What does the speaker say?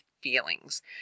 feelings